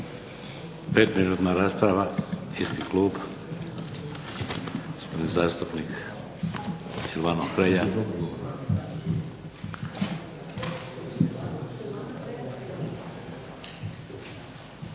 Petminutna rasprava. Isti klub, gospodin zastupnik Silvano Hrelja.